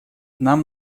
нам